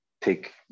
take